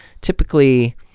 typically